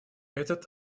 этот